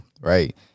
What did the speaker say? right